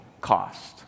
cost